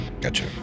Gotcha